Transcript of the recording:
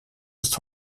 ist